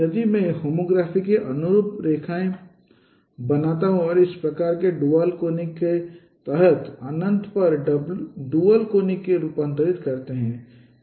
यदि मैं होमोग्राफी के अनुरूप रेखाएँ बनाता हूँ और इसी प्रकार के ड्यूल कोनिक के तहत अनंत पर ड्यूल कोनिक को रूपांतरित करते हैं